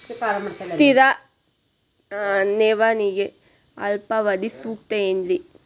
ಸ್ಥಿರ ಠೇವಣಿಗೆ ಅಲ್ಪಾವಧಿ ಸೂಕ್ತ ಏನ್ರಿ?